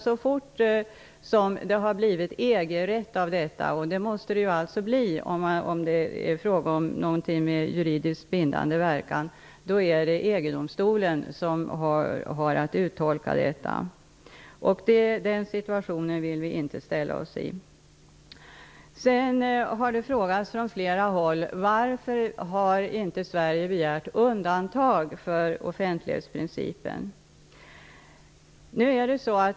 Så fort det har blivit EG rätt av detta, vilket det måste bli om det är fråga om något med juridiskt bindande verkan, är det EG domstolen som har att göra en uttolkning. Den situationen vill vi inte försätta oss i. Det har från flera håll frågats varför inte Sverige har begärt undantag för offentlighetsprincipen.